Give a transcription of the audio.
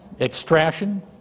extraction